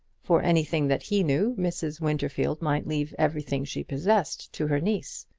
for anything that he knew, mrs. winterfield might leave everything she possessed to her niece.